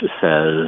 says